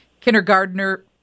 kindergartner